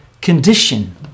condition